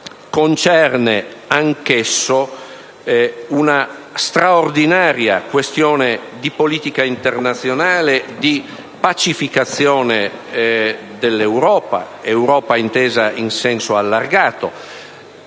concerne anch'esso una straordinaria questione di politica internazionale e di pacificazione dell'Europa, intesa in senso allargato;